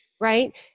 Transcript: right